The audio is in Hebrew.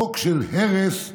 חוק של הרס הדמוקרטיה.